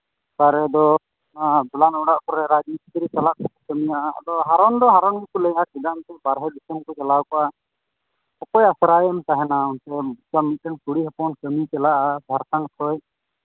ᱚᱠᱟ ᱨᱮᱫᱚ ᱫᱟᱞᱟᱱ ᱚᱲᱟᱜ ᱠᱚᱨᱮᱜ ᱨᱟᱡᱽ ᱢᱤᱥᱛᱨᱤ ᱥᱟᱞᱟᱜ ᱠᱟᱹᱢᱤᱭᱟ ᱟᱫᱚ ᱦᱟᱨᱚᱱ ᱫᱚ ᱦᱟᱨᱚᱱ ᱪᱮᱫᱟᱜ ᱩᱱᱠᱩ ᱵᱟᱦᱨᱮ ᱫᱤᱥᱚᱢ ᱠᱚ ᱪᱟᱞᱟᱣ ᱠᱚᱜᱼᱟ ᱚᱠᱚᱭ ᱦᱟᱯᱨᱟᱣ ᱨᱮᱢ ᱛᱟᱦᱮᱱᱟ ᱢᱤᱫᱴᱮᱱ ᱠᱩᱲᱤ ᱦᱚᱯᱚᱱ ᱠᱟᱹᱢᱤ ᱪᱟᱞᱟᱜᱼᱟ ᱡᱷᱟᱲᱠᱷᱚᱸᱰ ᱠᱷᱚᱱ